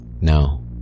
No